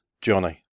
Johnny